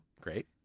Great